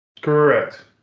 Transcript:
Correct